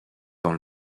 dans